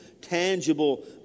tangible